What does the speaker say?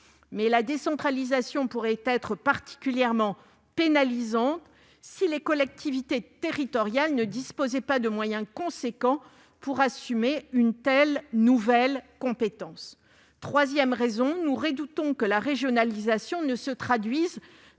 La décentralisation risque d'être particulièrement pénalisante si les collectivités territoriales ne disposent pas de moyens importants pour assumer cette nouvelle compétence. Troisième raison, nous redoutons que la régionalisation ne se traduise